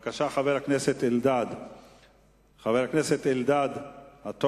חבר הכנסת אלדד, בבקשה.